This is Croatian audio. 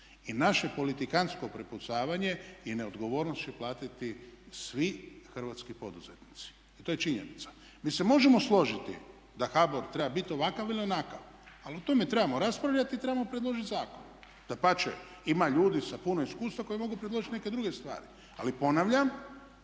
I naše politikantsko prepucavanje i neodgovornost će platiti svi hrvatski poduzetnici i to je činjenica. Mi se možemo složiti da HBOR treba biti ovakav ili onakav, ali o tome trebamo raspravljati i trebamo predložiti zakon. Dapače ima ljudi sa puno iskustva koji mogu predložiti neke druge stvari, ali ponavljam